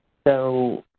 so,